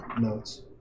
notes